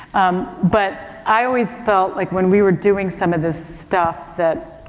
um, but i always felt like when we were doing some of this stuff that,